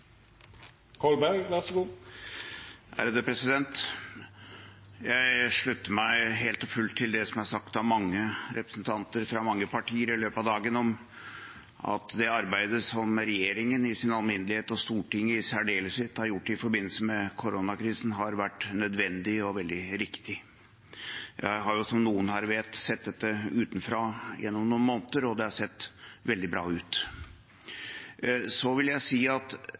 sagt av mange representanter fra mange partier i løpet av dagen, om at det arbeidet som regjeringen i alminnelighet og Stortinget i særdeleshet har gjort i forbindelse med koronakrisen, har vært nødvendig og veldig riktig. Jeg har jo, som noen her vet, sett dette utenfra gjennom noen måneder, og det har sett veldig bra ut. Så vil jeg si at